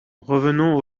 revenons